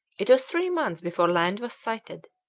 it was three months before land was sighted,